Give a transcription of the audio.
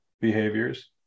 behaviors